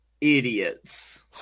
idiots